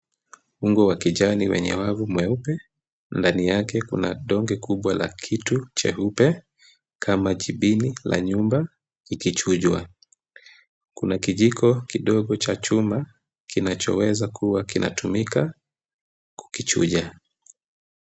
Ungo wa kijani wenye wavu mweupe ndani yake kuna donge kubwa la kitu, cheupe kama jibini la nyumba, ikichujwa, kuna kijiko kidogo cha chuma, kinachoweza kuwa kinatumika kukichuja.